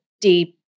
deep